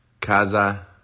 Kaza